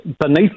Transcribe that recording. beneath